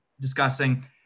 discussing